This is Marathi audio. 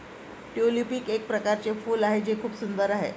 ट्यूलिप एक प्रकारचे फूल आहे जे खूप सुंदर आहे